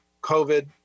COVID